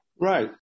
Right